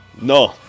No